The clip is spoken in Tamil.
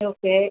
சரி ஓகே